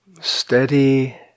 steady